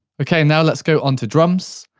okay now let's go onto drums,